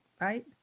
right